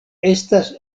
estas